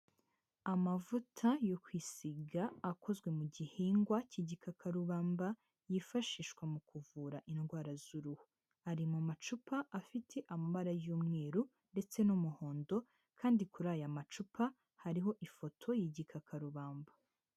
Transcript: Amavuta yo kwisiga akozwe mu gihingwa cy'igikakarubamba, yifashishwa mu kuvura indwara z'uruhu. Ari mu macupa afite amabara y'umweru ndetse n'umuhondo kandi kuri aya macupa, hariho ifoto y'igikakarubamba.